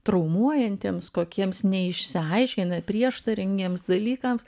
traumuojantiems kokiems neišsiaiškinę prieštaringiems dalykams